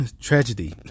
tragedy